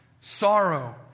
sorrow